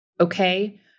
okay